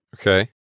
Okay